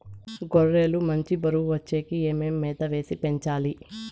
గొర్రె లు మంచి బరువు వచ్చేకి ఏమేమి మేత వేసి పెంచాలి?